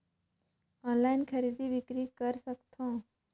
Online खरीदी बिक्री कर सकथव?